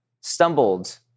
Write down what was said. stumbled